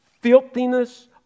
filthiness